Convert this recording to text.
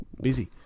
Busy